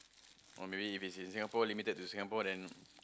or maybe if it is in Singapore limited to Singapore then